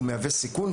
הוא מהווה סיכון,